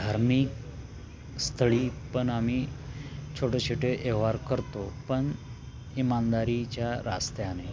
धार्मिक स्थळी पण आम्ही छोटेछोटे व्यवहार करतो पण इमानदारीच्या रस्त्याने